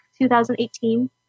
2018